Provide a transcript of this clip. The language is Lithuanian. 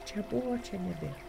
čia buvo čia nebėra